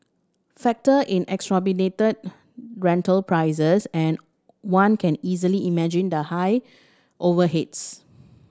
factor in exorbitant rental prices and one can easily imagine the high overheads